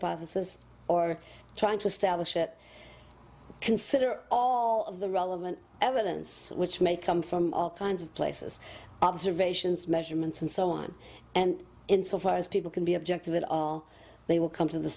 since or trying to establish it consider all of the relevant evidence which may come from all kinds of places observations measurements and so on and insofar as people can be objective at all they will come to the